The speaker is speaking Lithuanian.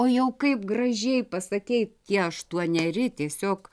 o jau kaip gražiai pasakei tie aštuoneri tiesiog